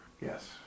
Yes